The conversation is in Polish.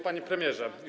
Panie Premierze!